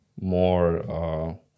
more